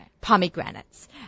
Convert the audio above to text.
pomegranates